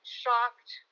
shocked